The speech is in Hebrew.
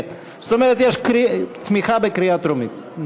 זאת אומרת, יש תמיכה בקריאה טרומית.